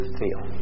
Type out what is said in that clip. feel